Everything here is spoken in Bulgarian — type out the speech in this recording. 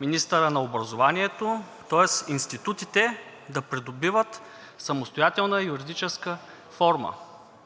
министъра на образованието, тоест институтите да придобиват самостоятелна юридическа форма.